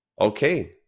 Okay